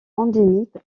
endémique